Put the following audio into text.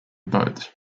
boats